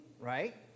right